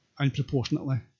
unproportionately